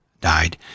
died